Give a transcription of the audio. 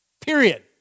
Period